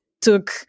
took